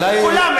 כולם,